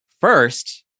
first